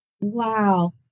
Wow